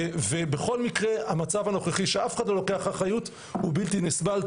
בכל מקרה המצב הנוכחי שאף אחד לא לוקח אחריות הוא בלתי נסבל.